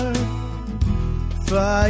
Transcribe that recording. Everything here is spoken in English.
Fly